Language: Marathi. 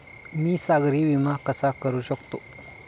मी सागरी विमा कसा करू शकतो?